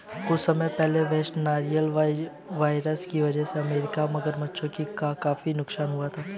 कुछ समय पहले वेस्ट नाइल वायरस की वजह से अमेरिकी मगरमच्छों का काफी आर्थिक नुकसान हुआ